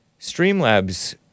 Streamlabs